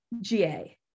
GA